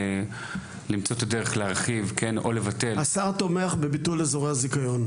למצוא את הדרך להרחיב או לבטל השר תומך בביטול אזורי הזיכיון,